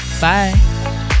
bye